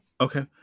Okay